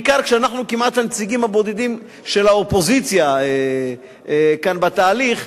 בעיקר כשאנחנו כמעט הנציגים הבודדים של האופוזיציה כאן בתהליך.